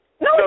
No